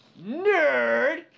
nerd